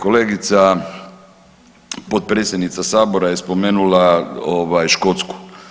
Kolegica potpredsjednica Sabora je spomenula Škotsku.